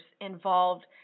involved